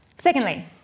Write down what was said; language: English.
Secondly